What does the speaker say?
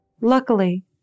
Luckily